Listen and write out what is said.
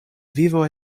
vivo